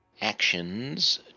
actions